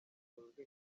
zikunzwe